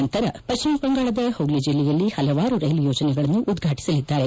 ನಂತರ ಪಶ್ಚಿಮ ಬಂಗಾಳದ ಹೂಗ್ಲಿ ಜಿಲ್ಲೆಯಲ್ಲಿ ಹಲವಾರು ರೈಲು ಯೋಜನೆಗಳನ್ನು ಉದ್ಘಾಟಿಸಲಿದ್ದಾರೆ